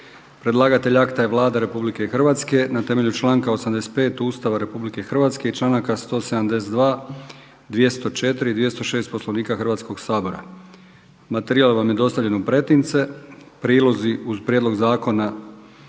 Predlagatelj akata je Vlada RH na temelju članka 85. Ustava RH i članaka 172., 204. i 206. Poslovnika Hrvatskog sabora. Materijal vam je dostavljen u pretince. Prilozi uz prijedlog zakona